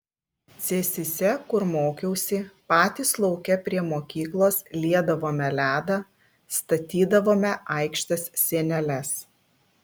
cėsyse kur mokiausi patys lauke prie mokyklos liedavome ledą statydavome aikštės sieneles